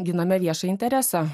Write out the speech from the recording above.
giname viešąjį interesą